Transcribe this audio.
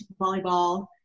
volleyball